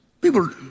people